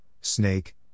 snake